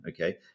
okay